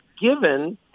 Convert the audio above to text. given